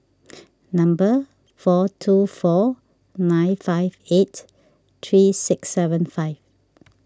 number four two four nine five eight three six seven five